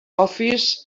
office